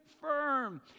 firm